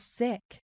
sick